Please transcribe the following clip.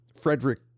Frederick